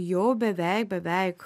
jau beveik beveik